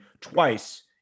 twice